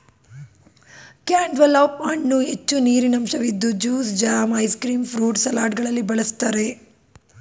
cantaloupe ಹಣ್ಣು ಹೆಚ್ಚು ನೀರಿನಂಶವಿದ್ದು juice, jam, ice cream, fruit ಸಲಾಡ್ಗಳಲ್ಲಿ ಬಳ್ಸತ್ತರೆ